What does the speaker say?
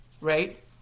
right